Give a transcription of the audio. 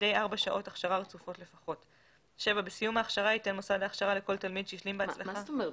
מדי ארבע שעות הכשרה רצופות לפחות," מה זאת אומרת?